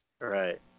Right